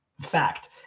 Fact